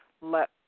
let